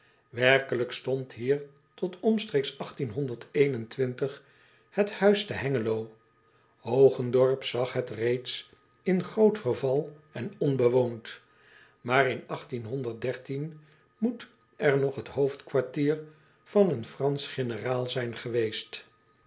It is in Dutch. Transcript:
erkelijk stond hier tot omstreeks het huis te engelo ogendorp zag het reeds in groot verval en onbewoond maar in moet er nog het hoofdkwartier van een ransch generaal zijn geweest